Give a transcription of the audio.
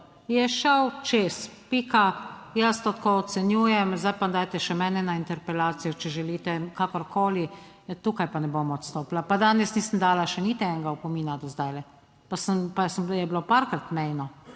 Je šel čez, pika. Jaz to tako ocenjujem, zdaj pa dajte še mene na interpelacijo, če želite, kakorkoli, tukaj pa ne bom odstopila, pa danes nisem dala še niti enega opomina do zdajle, pa sem, pa je bilo parkrat mejno,